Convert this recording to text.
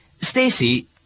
Stacy